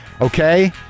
Okay